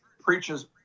preaches